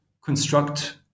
construct